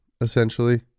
Essentially